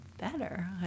better